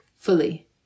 Fully